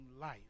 life